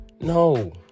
No